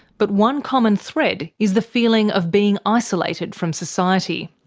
but one common thread is the feeling of being isolated from society.